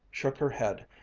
shook her head,